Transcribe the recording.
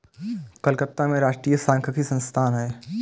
कलकत्ता में राष्ट्रीय सांख्यिकी संस्थान है